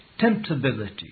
temptability